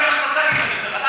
את גזענית באמירות שלך.